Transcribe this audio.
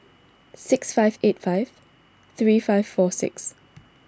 six five eight five three five four six